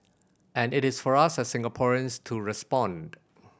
and it is for us as Singaporeans to respond